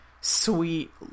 sweet